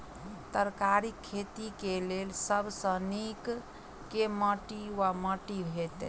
तरकारीक खेती केँ लेल सब सऽ नीक केँ माटि वा माटि हेतै?